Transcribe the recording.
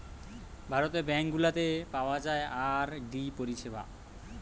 ভারতের ব্যাঙ্ক গুলাতে পাওয়া যায় আর.ডি পরিষেবা